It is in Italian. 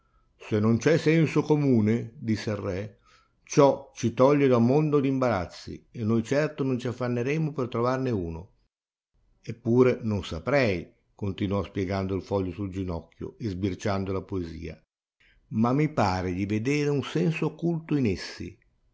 se non c'è senso comune disse il re ciò ci toglie da un mondo d'imbarazzi e noi certo non ci affanneremo per trovarvene uno eppure non saprei continuò spiegando il foglio sul ginocchio e sbirciando la poesia ma mi pare di vedere un senso occulto in essi disse non